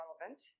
relevant